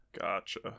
Gotcha